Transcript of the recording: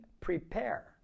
prepare